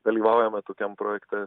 dalyvaujame tokiam projekte